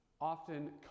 often